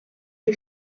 des